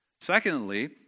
Secondly